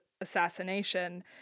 assassination